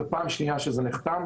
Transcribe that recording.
זה פעם שנייה שזה נחתם,